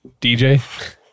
DJ